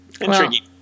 intriguing